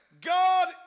God